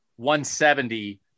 170